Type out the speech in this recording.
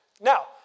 Now